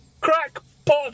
crackpot